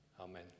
Amen